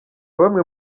bamwe